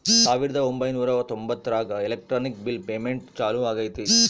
ಸಾವಿರದ ಒಂಬೈನೂರ ತೊಂಬತ್ತರಾಗ ಎಲೆಕ್ಟ್ರಾನಿಕ್ ಬಿಲ್ ಪೇಮೆಂಟ್ ಚಾಲೂ ಆಗೈತೆ